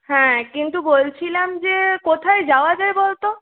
হ্যাঁ কিন্তু বলছিলাম যে কোথায় যাওয়া যায় বল তো